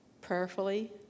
prayerfully